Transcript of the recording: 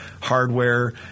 hardware